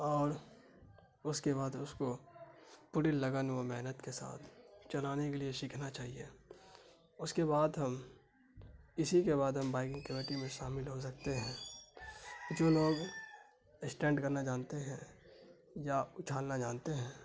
اور اس کے بعد اس کو پوری لگن و محنت کے ساتھ چلانے کے لیے سیکھنا چاہیے اس کے بعد ہم اسی کے بعد ہم بائکنگ کمیٹی میں شامل ہو سکتے ہیں جو لوگ اسٹینڈ کرنا جانتے ہیں یا اچھالنا جانتے ہیں